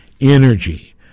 energy